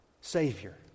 savior